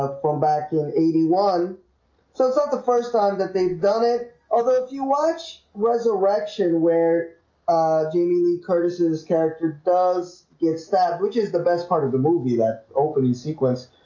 ah from back in eighty one so it's not ah the first time that they've done it although if you watch resurrection where jamie lee curtis is character does it's that which is the best part of the movie that opening sequence?